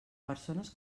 persones